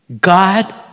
God